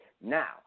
Now